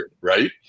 right